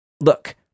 look